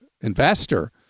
investor